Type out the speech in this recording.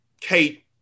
Kate